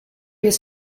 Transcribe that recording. this